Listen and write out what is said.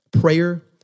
prayer